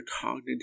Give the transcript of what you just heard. cognitive